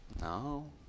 No